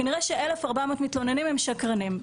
כנראה ש-1,400 מתלוננים הם שקרנים.